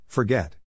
Forget